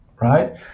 right